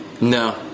No